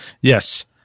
Yes